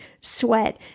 sweat